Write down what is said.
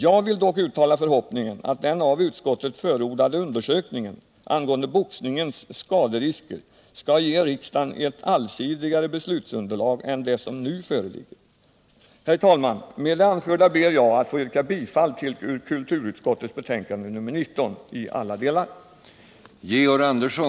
Jag vill dock uttala förhoppningen att den av utskottet förordade undersökningen angående boxningens skaderisker skall ge riksdagen ett allsidigare beslutsunderlag än det som nu föreligger. Herr talman! Med det anförda ber jag att i alla delar få yrka bifall till kulturutskottets hemställan i dess betänkande nr 19.